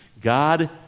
God